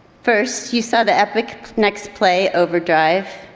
first, you saw the epic next play overdrive.